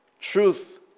Truth